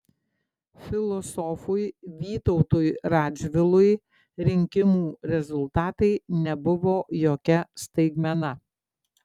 filosofui vytautui radžvilui rinkimų rezultatai nebuvo jokia staigmena